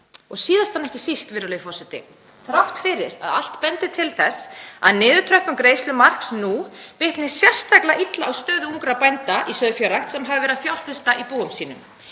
Og síðast en ekki síst, virðulegi forseti, þrátt fyrir að allt bendi til þess að niðurtröppun greiðslumarks nú bitni sérstaklega illa á stöðu ungra bænda í sauðfjárrækt sem hafa verið að fjárfesta í búum sínum.